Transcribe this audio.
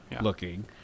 looking